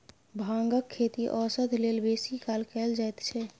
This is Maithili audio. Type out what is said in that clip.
भांगक खेती औषध लेल बेसी काल कएल जाइत छै